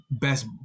best